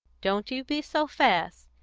don't you be so fast.